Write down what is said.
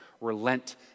relent